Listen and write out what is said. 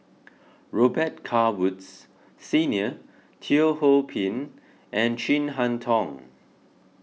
Robet Carr Woods Senior Teo Ho Pin and Chin Harn Tong